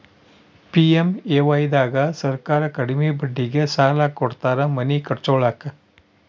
PMAY ದಾಗ ಸರ್ಕಾರ ಕಡಿಮಿ ಬಡ್ಡಿಗೆ ಸಾಲ ಕೊಡ್ತಾರ ಮನಿ ಕಟ್ಸ್ಕೊಲಾಕ